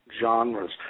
genres